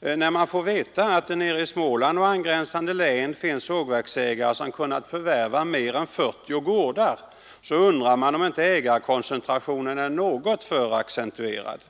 När man får veta att det nere i Småland och angränsande län finns sågverksägare som kunnat förvärva mer än 40 gårdar, undrar man om inte ägarkoncentrationen är något för accentuerad.